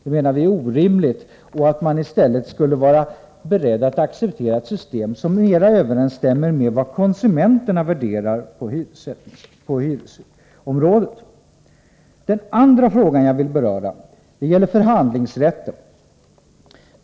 Vi menar att det är orimligt och att man i stället skulle vara beredd att acceptera ett system som mera överensstämmer med konsumenternas värderingar på hyresområdet. Den andra fråga som jag vill beröra gäller förhandlingsrätten.